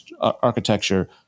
architecture